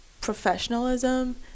professionalism